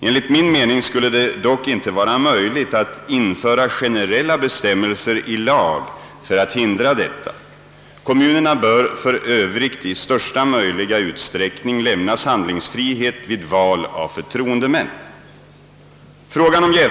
Enligt min mening skulle det dock inte vara möjligt att införa generella bestämmelser i lag för att hindra detta. Kommunerna bör för övrigt i största möjliga utsträckning lämnas handlingsfrihet vid val av förtroendemän.